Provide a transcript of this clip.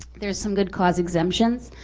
there's some good cause exemptions,